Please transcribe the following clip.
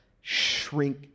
shrink